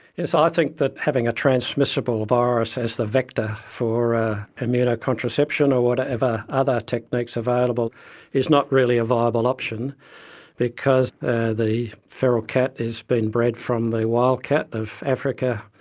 yes, i think that having a transmissible virus as the vector for immuno-contraception or whatever other technique's available is not really a viable option because the feral cat has been bred from the wild cat of africa,